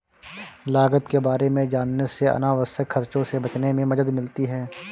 लागत के बारे में जानने से अनावश्यक खर्चों से बचने में मदद मिलती है